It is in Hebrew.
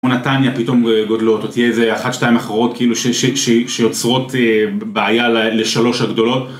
כמו נתניה פתאום גודלות, או תהיה איזה אחת-שתיים אחרות, כאילו, ש... ש... ש... שיוצרות בעיה לשלוש הגדולות.